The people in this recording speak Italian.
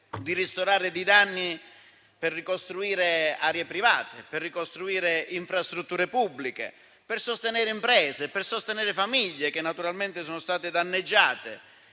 di ristorare dei danni per ricostruire aree private, infrastrutture pubbliche, sostenere imprese e famiglie che naturalmente sono state danneggiate;